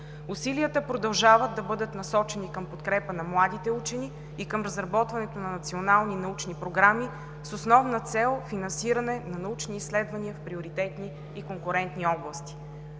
усилията продължават да бъдат насочени към подкрепа на младите учени и към разработването на национални научни програми с основна цел финансиране на научни изследвания в приоритетни и конкурентни области.